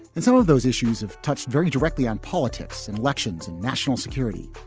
and some of those issues have touched very directly on politics and elections and national security.